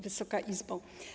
Wysoka Izbo!